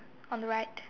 on the right